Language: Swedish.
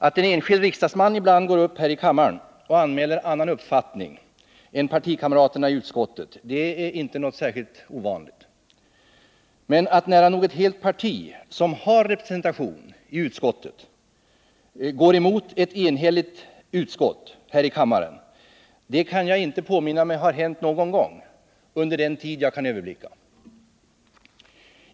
Att en enskild riksdagsman ibland går upp här i kammaren och anmäler en annan uppfattning än partikamraterna i utskottet är ingenting ovanligt. Men att nära nog ett helt parti, som har representanter i utskottet, går emot ett enhälligt utskott kan jag inte påminna mig ha inträffat någon gång här i kammaren under den tid jag kan överblicka.